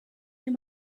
near